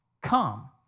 come